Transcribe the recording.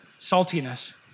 saltiness